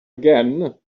again